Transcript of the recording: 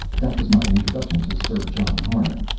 that was my introduction to sir john harmon.